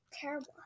terrible